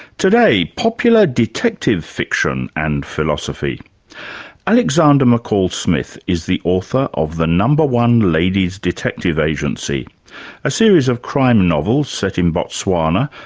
today, popular detective fiction. and alexander mccall smith is the author of the number one ladies' detective agency, a series of crime novels set in botswana,